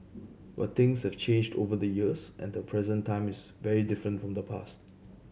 but things have changed over the years and the present time is very different from the past